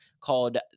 called